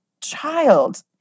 child